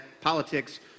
politics